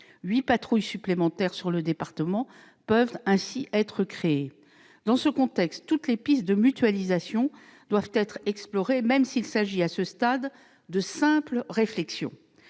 patrouilles supplémentaires peuvent être créées dans le département. Dans ce contexte, toutes les pistes de mutualisation doivent être explorées, même s'il s'agit à ce stade de simples réflexions.